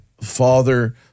father